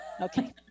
Okay